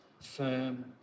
firm